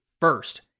first